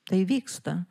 tai vyksta